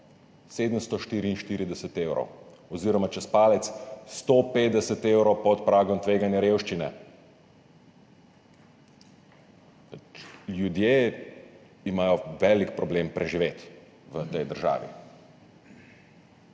744 evrov oziroma čez palec 150 evrov pod pragom tveganja revščine. Ljudje imajo velik problem preživeti v tej državi.